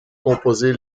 composer